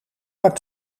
maar